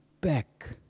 back